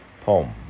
poem